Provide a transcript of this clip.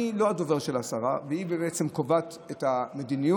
אני לא הדובר של השרה, והיא קובעת את המדיניות.